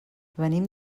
venim